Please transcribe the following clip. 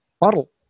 bottle